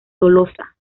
tolosa